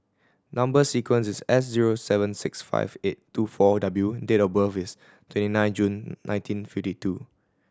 number sequence is S zero seven six five eight two four W and date of birth is twenty nine June nineteen fifty two